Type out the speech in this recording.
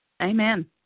Amen